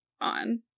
on